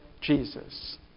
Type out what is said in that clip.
Jesus